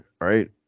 Right